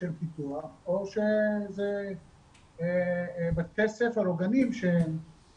של פיתוח או שזה בתי ספר או גנים שהם